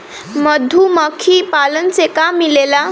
मधुमखी पालन से का मिलेला?